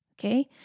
okay